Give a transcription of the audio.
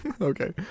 Okay